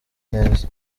neza